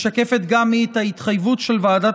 משקפת גם היא את ההתחייבות של ועדת